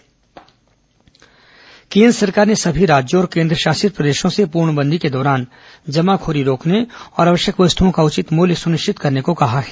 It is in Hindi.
कोरोना खाद्य मंत्री बातचीत केन्द्र सरकार ने सभी राज्यों और केन्द्रशासित प्रदेशों से पूर्णबंदी के दौरान जमाखोरी रोकने और आवश्यक वस्तुओं का उचित मूल्य सुनिश्चित करने को कहा है